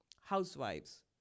housewives